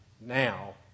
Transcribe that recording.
now